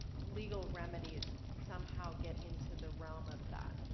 legal remedies somehow get into the realm of that?